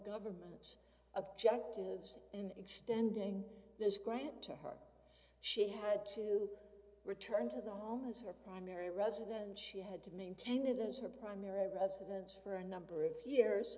government objectives in extending this grant to her she had to return to the home as her primary residence she had to maintain it as her primary residence for a number of years